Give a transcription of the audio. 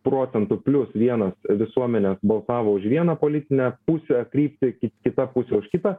procentų plius vienas visuomenės balsavo už vieną politinę pusę kryptį kitą pusė už kitą